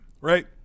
right